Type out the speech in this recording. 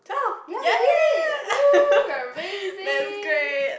ya we did it !woo! we're amazing